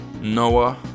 Noah